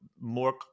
more